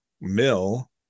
mill